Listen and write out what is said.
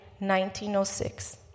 1906